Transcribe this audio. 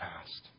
past